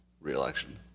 reelection